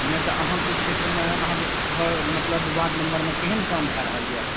ने त अहाँके क्षेत्र मे अहाँके घर मतलब वार्ड नम्बर मे केहन काम भए रहल यऽ अखन